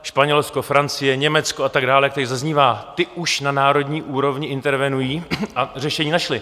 Španělsko, Francie, Německo a tak dále, jak tady zaznívá, ty už na národní úrovni intervenují a řešení našli.